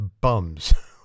bums